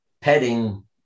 petting